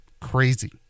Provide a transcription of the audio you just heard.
crazy